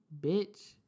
Bitch